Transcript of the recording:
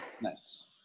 Nice